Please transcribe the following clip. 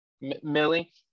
Millie